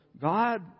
God